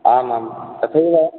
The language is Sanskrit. आमां तथैव